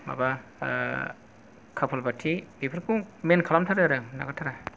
माबा कापाल भारति बेफोरखौ मेन खालामथारो आरो आं नागारथारा